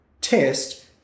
test